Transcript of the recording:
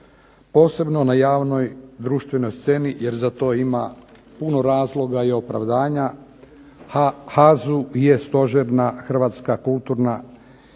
posebno na javnoj društvenoj sceni jer za to ima puno razloga i opravdanja, a HAZU je stožerna hrvatska kulturna i